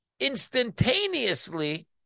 instantaneously